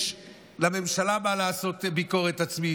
יש לממשלה מה לעשות ביקורת עצמית,